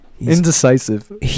Indecisive